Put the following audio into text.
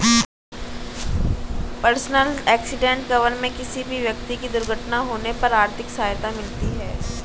personal accident cover में किसी भी व्यक्ति की दुर्घटना होने पर आर्थिक सहायता मिलती है